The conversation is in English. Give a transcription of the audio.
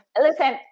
Listen